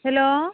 hello